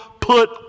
put